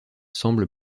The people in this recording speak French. semble